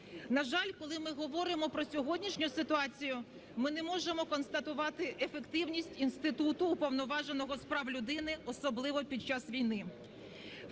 На жаль, коли ми говоримо про сьогоднішню ситуацію ми не можемо констатувати ефективність інституту Уповноваженого з прав людини, особливо під час війни.